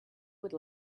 would